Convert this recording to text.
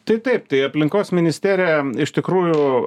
tai taip tai aplinkos ministerija iš tikrųjų